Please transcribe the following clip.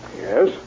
Yes